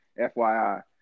FYI